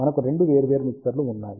మనకు రెండు వేర్వేరు మిక్సర్లు ఉన్నాయి